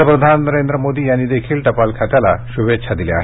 पंतप्रधान नरेंद्र मोदी यांनी देखील टपाल खात्याला शूभेच्छा दिल्या आहेत